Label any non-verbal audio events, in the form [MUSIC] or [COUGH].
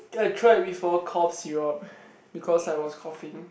I tried before cough syrup [BREATH] because I was coughing